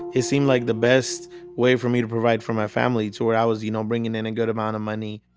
it seemed like the best way for me to provide for my family to where i was, you know, bringing in a and good amount of money.